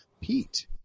Pete